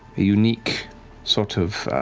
unique sort of